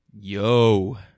yo